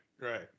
right